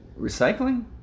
Recycling